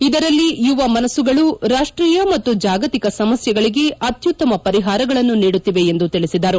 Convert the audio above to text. ಇದರಲ್ಲಿ ಯುವ ಮನಸ್ಸುಗಳು ರಾಷ್ಷೀಯ ಮತ್ತು ಜಾಗತಿಕ ಸಮಸ್ನೆಗಳಿಗೆ ಅತ್ಯುತ್ತಮ ಪರಿಹಾರಗಳನ್ನು ನೀಡುತ್ತಿವೆ ಎಂದು ತಿಳಿಸಿದರು